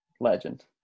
legend